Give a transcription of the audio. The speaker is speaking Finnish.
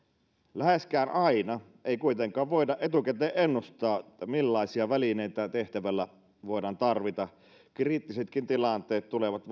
läheskään aina ei kuitenkaan voida etukäteen ennustaa millaisia välineitä tehtävällä voidaan tarvita kriittisetkin tilanteet tulevat